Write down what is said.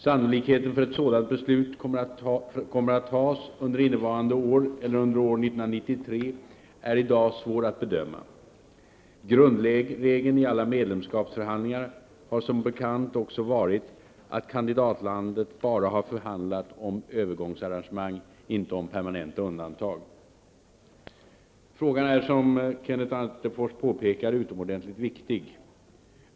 Sannolikheten för att ett sådant beslut kommer att fattas under innevarande år eller under år 1993 är i dag svår att bedöma. Grundregeln i alla medlemskapsförhandlingar har som bekant också varit att kandidatlandet bara har förhandlat om övergångsarrangemang -- inte om permanenta undantag. Frågan är, som Kenneth Attefors påpekar, utomordentligt viktig.